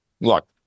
look